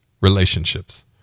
relationships